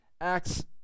Acts